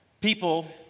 people